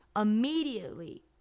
immediately